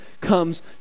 comes